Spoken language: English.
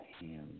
hands